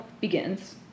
begins